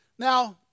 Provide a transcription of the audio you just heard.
Now